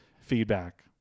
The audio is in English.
feedback